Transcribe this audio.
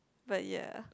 but ya